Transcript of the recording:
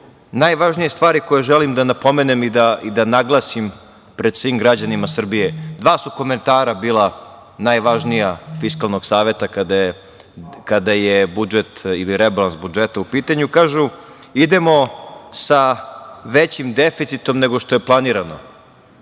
najvažnije stvari koje želim da napomenem i da naglasim pred svim građanima Srbije. Dva su komentara bila najvažnija Fiskalnog saveta kada je budžet ili rebalans budžeta u pitanju. Kažu, idemo sa većim deficitom nego što je planirano.